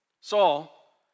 Saul